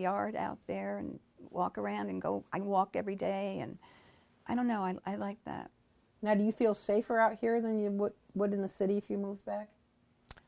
yard out there and walk around and go i walk every day and i don't know and i like that now do you feel safer out here than you would in the city if you moved back